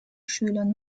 schülern